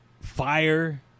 fire